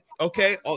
okay